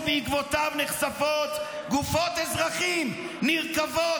שבעקבותיו נחשפות גופות אזרחים נרקבות,